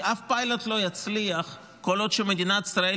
כי אף פעם פיילוט לא יצליח כל עוד מדינת ישראל